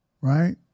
Right